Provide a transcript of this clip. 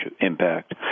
impact